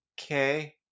Okay